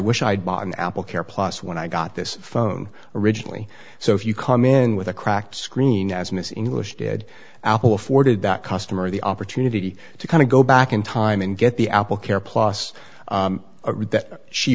wish i'd bought an apple care plus when i got this phone originally so if you come in with a cracked screen as miss english did afforded that customer the opportunity to kind of go back in time and get the apple care plus